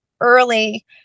early